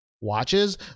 watches